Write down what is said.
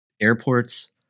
Airports